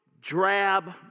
drab